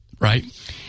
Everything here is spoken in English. Right